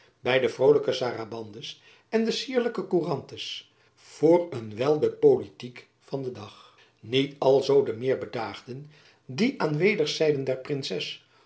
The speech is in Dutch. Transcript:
by de vrolijke sarabandes en jacob van lennep elizabeth musch de cierlijke courantes voor een wijl de politiek van den dag niet alzoo de meer bedaagden die aan wederszijden der princes